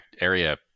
area